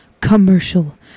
commercial